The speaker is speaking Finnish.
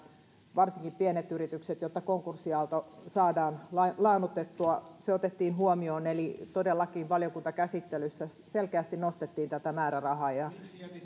varsinkin pienille yrityksille jotta konkurssiaalto saadaan laannutettua otettiin huomioon eli todellakin valiokuntakäsittelyssä selkeästi nostettiin tätä määrärahaa ja se